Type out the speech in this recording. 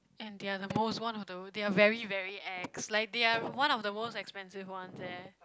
and they are the most one although they are very very ex like they are one of the most expensive one there